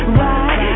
right